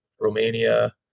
Romania